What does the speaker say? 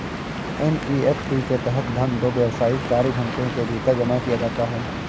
NEFT के तहत धन दो व्यावसायिक कार्य घंटों के भीतर जमा किया जाता है